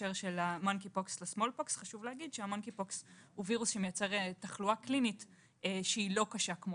שה-monkeypox הוא וירוס שמייצר תחלואה קלינית שהיא לא קשה כמו